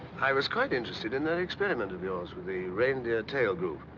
i was quite interested in that experiment of yours, with the reindeer tail group.